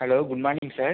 hello good morning sir